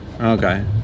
Okay